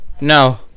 No